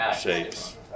shapes